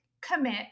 commit